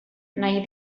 nahi